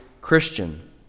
Christian